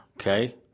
okay